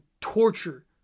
torture